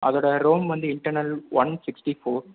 அதோடய ரோம் வந்து internal one sixty four